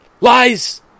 Lies